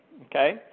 okay